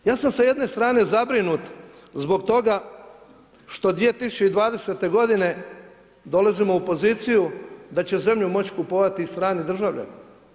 Ja sam sa jedne strane zabrinut zbog toga što 2020. godine dolazimo u poziciju da će zemlju moći kupovati i strani državljani.